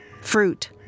Fruit